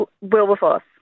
Wilberforce